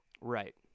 right